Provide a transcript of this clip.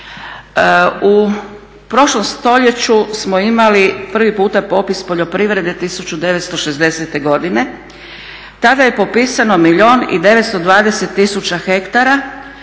U prošlom stoljeću smo imali prvi puta popis poljoprivrede 1960 godine tada je popisano milijun i 920 tisuća hektara